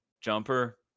jumper